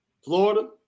Florida